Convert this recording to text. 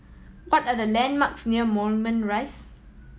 what are the landmarks near Moulmein Rise